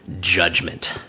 judgment